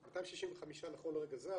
265 נכון לרגע זה,